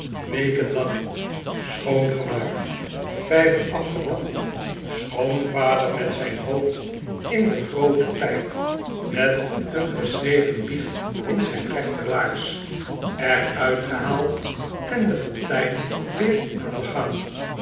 weken lang schoongemaakt vijver afgetapt schoonvader met zijn hoofd in de groote pijp met een geschreven biecht in zijn rechterlaars er uitgehaald en de fontein weer aan den gang